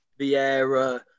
Vieira